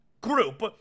group